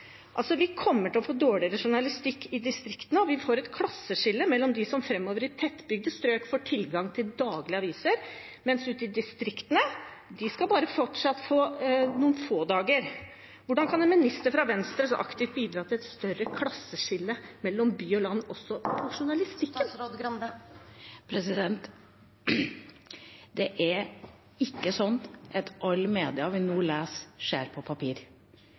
Vi kommer til å få dårligere journalistikk i distriktene, og vi får et klasseskille framover mellom dem som i tettbygde strøk får tilgang til aviser daglig, og dem som ute i distriktene fortsatt bare skal få noen få dager. Hvordan kan en minister fra Venstre så aktivt bidra til et større klasseskille mellom by og land også innenfor journalistikken? Det er ikke sånn at alle medier vi nå leser, leser vi på papir.